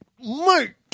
mate